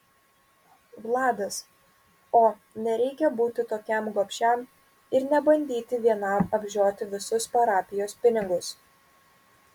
vladas o nereikia būti tokiam gobšiam ir nebandyti vienam apžioti visus parapijos pinigus